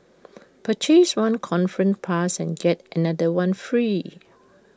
purchase one conference pass and get another one free